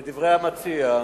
לדברי המציע,